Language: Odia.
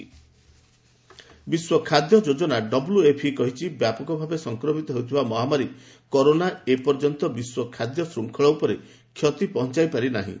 ଡବ୍ଲ୍ୟୁଏଫ୍ପି ବିଶ୍ୱ ଖାଦ୍ୟ ଯୋଜନା ଡବ୍ଲ୍ୟୁଏଫ୍ପି କହିଛି ବ୍ୟାପକ ଭାବେ ସଂକ୍ରମିତ ହେଉଥିବା ମହାମାରୀ କରୋନା ଏପର୍ଯ୍ୟନ୍ତ ବିଶ୍ୱ ଖାଦ୍ୟ ଶୃଙ୍ଖଳ ଉପରେ କ୍ଷତି ପହଞ୍ଚାଇ ପାରି ନାହିଁ